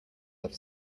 lift